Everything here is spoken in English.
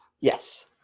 Yes